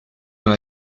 dans